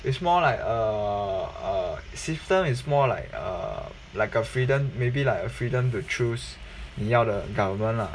it's more like uh uh system is more like a like a freedom maybe like a freedom to choose 你要的 government lah